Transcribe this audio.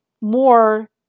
more